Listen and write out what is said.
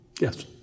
Yes